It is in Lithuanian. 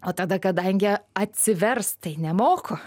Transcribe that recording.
o tada kadangi atsiverst tai nemoku